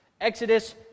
Exodus